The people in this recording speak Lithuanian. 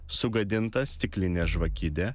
sugadinta stiklinė žvakidė